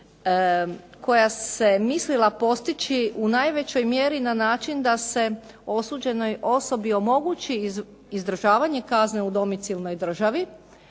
koja se mislila postići u najvećoj mjeri na način da se osuđenoj osobi omogući izdržavanje kazne u domicilnoj državi,